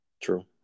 True